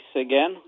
again